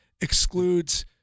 excludes